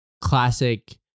classic